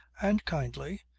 and kindly.